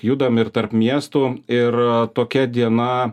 judam ir tarp miestų ir tokia diena